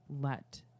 let